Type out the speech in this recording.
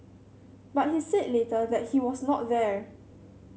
but he said later that he was not there